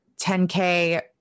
10K